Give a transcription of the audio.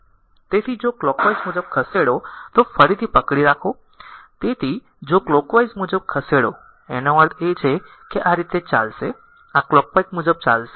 તેથી જો કલોકવાઈઝ મુજબ ખસેડો તો ફરીથી પકડી રાખો તેથી જો કલોકવાઈઝ મુજબ ખસેડો આનો અર્થ એ છે કે આ રીતે ચાલશે આ કલોકવાઈઝ મુજબ ચાલશે